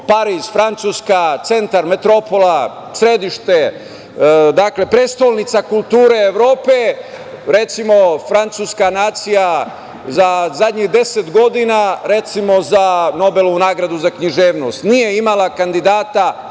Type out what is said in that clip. Pariz – Francuska, centar, metropola, središte, prestonica kulture Evrope. Recimo, Francuska nacija za zadnjih 10 godina, recimo za Nobelovu nagradu za književnost, nije imala kandidata